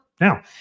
now